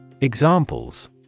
Examples